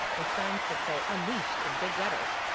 with signs that say unleashed in big letters,